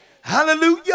Hallelujah